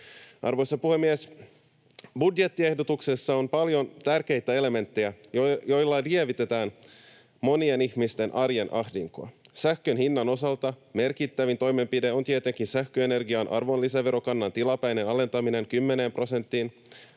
Arvoisa puhemies! Budjettiehdotuksessa on paljon tärkeitä elementtejä, joilla lievitetään monien ihmisten arjen ahdinkoa. Sähkön hinnan osalta merkittävin toimenpide on tietenkin sähköenergian arvonlisäverokannan tilapäinen alentaminen kymmeneen prosenttiin.